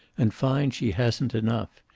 and finds she hasn't enough.